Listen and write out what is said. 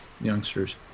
youngsters